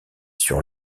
sur